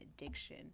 addiction